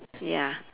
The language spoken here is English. ya